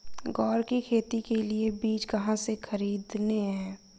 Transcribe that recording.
ग्वार की खेती के लिए बीज कहाँ से खरीदने हैं?